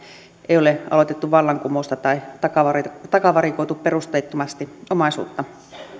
ei ole aloitettu vallankumousta tai takavarikoitu takavarikoitu perusteettomasti omaisuutta